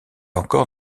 encore